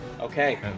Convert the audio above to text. Okay